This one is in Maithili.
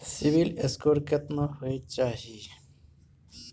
सिबिल स्कोर केतना होय चाही?